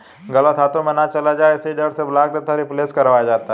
गलत हाथों में ना चला जाए इसी डर से ब्लॉक तथा रिप्लेस करवाया जाता है